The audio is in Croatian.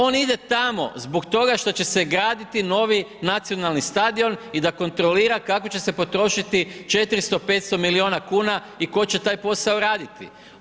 On ide tamo zbog toga što će se graditi novi nacionalni stadion i da kontrolira kako će se potrošiti 400, 500 milijuna kuna i tko će taj posao raditi.